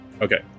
Okay